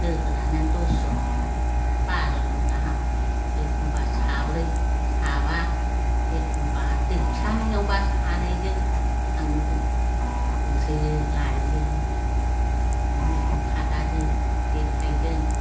लोगो लानानै दस जन बार' जन गाहाम एखमब्ला साब्रै साबा एखमब्ला दै फिसायावब्ला सानैजों थाङो जों गुरहैयो लाइयो बिदिनो मैगं खादाजों जेखाइजों